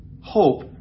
hope